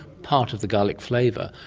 part of the garlic flavour,